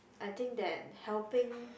I think that helping